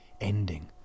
ending